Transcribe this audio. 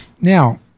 Now